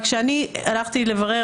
רק כשאני הלכתי לברר,